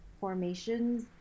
formations